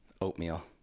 Oatmeal